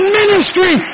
ministry